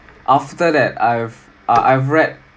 after that I've I have read